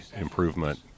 improvement